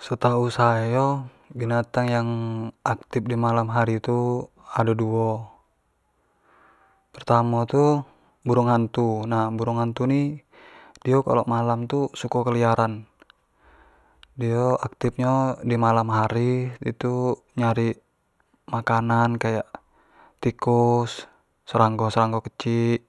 setau sayo binatang yang aktif di malam hari tu ado duo, pertamo tu burung hantu, nah burung hantu ini dio kalo malam tu suko keliaran, dio aktif nyo di malam hari itu nyari makanan, kayak tikus, seranggo-seranggo kecik,